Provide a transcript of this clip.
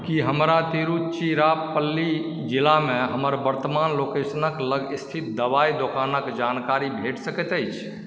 की हमरा तिरुचिरापल्ली जिलामे हमर वर्त्तमान लोकेशन क लग स्थित दवाइ दोकानक जानकारी भेटि सकैत अछि